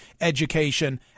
education